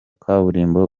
kaburimbo